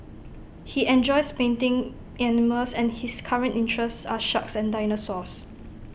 he enjoys painting animals and his current interests are sharks and dinosaurs